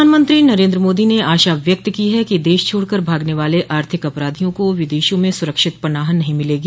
प्रधानमंत्री नरेन्द्र मोदी ने आशा व्यक्त की है कि देश छोड़कर भागने वाले आर्थिक अपराधियों को विदेशों में सुरक्षित पनाह नहीं मिलगी